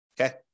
Okay